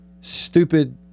stupid